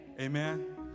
Amen